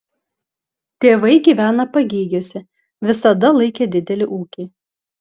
tėvai gyvena pagėgiuose visada laikė didelį ūkį